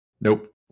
Nope